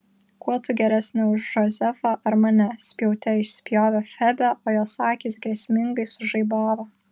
kuo tu geresnė už džozefą ar mane spjaute išspjovė febė o jos akys grėsmingai sužaibavo